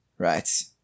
Right